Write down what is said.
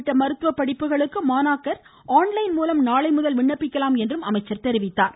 உள்ளிட்ட மருத்துவ படிப்புகளுக்கு மாணாக்கர் ஆன்லைன் மூலம் நாளைமுதல் விண்ணப்பிக்கலாம் என அவர் கூறினார்